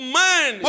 man